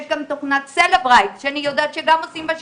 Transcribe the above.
יש גם תוכנת סלברייט שאני יודעת שגם עושים בה שימוש,